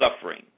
suffering